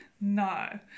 no